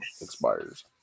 expires